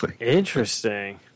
Interesting